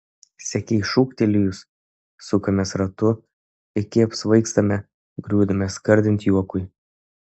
sekei šūktelėjus sukamės ratu iki apsvaigstame griūname skardint juokui